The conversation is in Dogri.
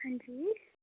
हां जी